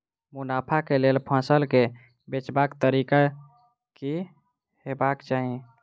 मुनाफा केँ लेल फसल केँ बेचबाक तरीका की हेबाक चाहि?